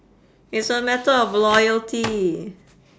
it's a matter of loyalty